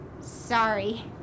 Sorry